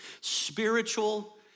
Spiritual